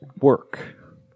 work